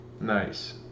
nice